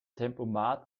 tempomat